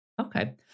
okay